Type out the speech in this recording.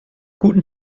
guten